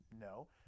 no